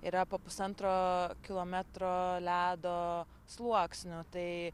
yra po pusantro kilometro ledo sluoksniu tai